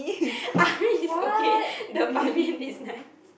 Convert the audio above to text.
army is okay the Ban Mian is nice